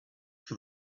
for